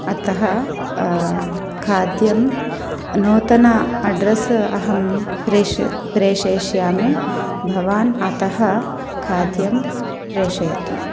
अतः खाद्यं नूतनम् अड्रस् अहं प्रेष् प्रेषयिष्यामि भवान् अत्र खाद्यं प्रेषयतु